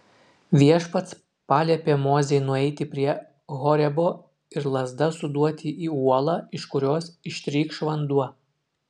viešpats paliepė mozei nueiti prie horebo ir lazda suduoti į uolą iš kurios ištrykš vanduo